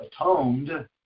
atoned